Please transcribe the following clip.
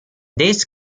this